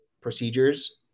procedures